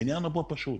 העניין פה הוא פשוט,